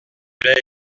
lait